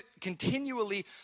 continually